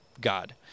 God